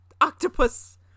octopus